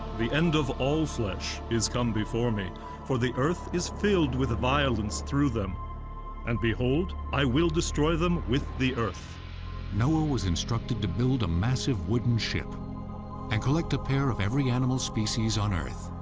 the end of all flesh is come before me for the earth is filled with violence through them and behold, i will destroy them with the earth narrator noah was instructed to build a massive wooden ship and collect a pair of every animal species on earth.